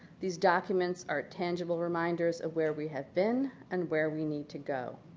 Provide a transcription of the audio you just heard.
these documents are tangible reminders of where we have been and where we need to go.